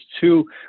two